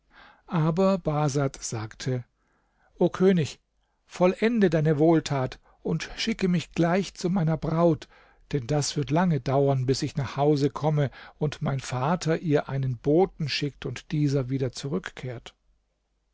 aber bahsad sagte o könig vollende deine wohltat und schicke mich gleich zu meiner braut denn das wird lange dauern bis ich nach hause komme und mein vater ihr einen boten schickt und dieser wieder zurückkehrt